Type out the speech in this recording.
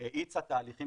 האיצה תהליכים